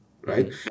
Right